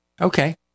Okay